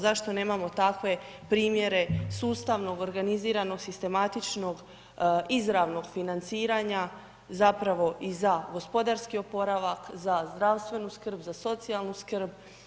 Zašto nemamo takve primjere sustavnog, organiziranog, sistematičnog, izravnog financiranja zapravo i za gospodarski oporavak, za zdravstvenu skrb, za socijalnu skrb.